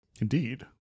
indeed